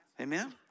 Amen